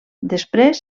després